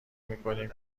میکنیم